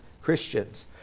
Christians